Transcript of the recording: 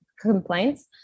complaints